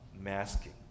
masking